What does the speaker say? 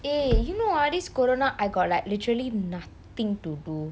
eh you know ah this corona I got like literally nothing to do